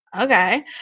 Okay